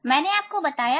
मैंने आपको बताया था